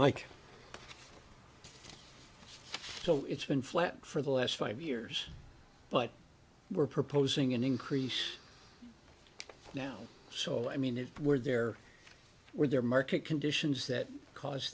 like so it's been flat for the last five years but we're proposing an increase now so i mean it were there were there market conditions that cause